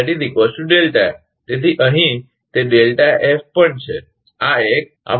તેથી અહીં તે ડેલ્ટા એફ પણ છે